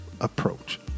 approach